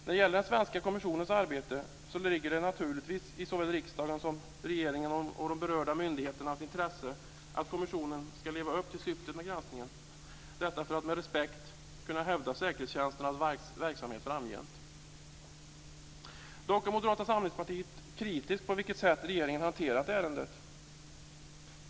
När det gäller den svenska kommissionens arbete så ligger det naturligtvis i såväl riksdagens som regeringens och de berörda myndigheternas intresse att kommissionen ska leva upp till syftet med granskningen för att med respekt kunna hävda säkerhetstjänsternas verksamhet framgent. Dock är Moderata samlingspartiet kritiskt till på vilket sätt regeringen har hanterat ärendet.